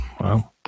Wow